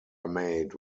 made